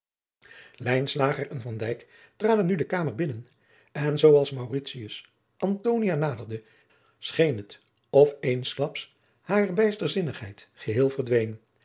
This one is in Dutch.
en van dijk traden nu de kamer binnen en zoo als maurits antonia naderde scheen het of eensklaps hare bijsterzinnigheid geheel verdween